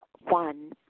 One